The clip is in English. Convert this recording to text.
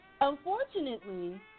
Unfortunately